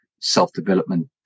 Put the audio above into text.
self-development